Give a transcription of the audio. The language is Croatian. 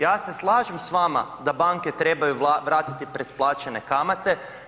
Ja se slažem s vama da banke trebaju vratiti pretplaćene kamate.